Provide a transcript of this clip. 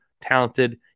talented